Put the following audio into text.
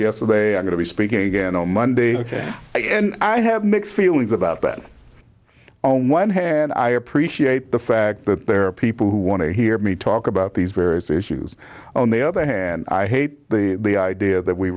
yesterday i'm going to be speaking again on monday ok and i have mixed feelings about that on one hand i appreciate the fact that there are people who want to hear me talk about these various issues on the other hand i hate the idea that we